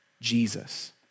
Jesus